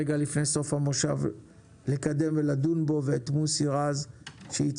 רגע לפני סוף המושב לקדם ולדון בו ואת מוסי רז שהצטרף,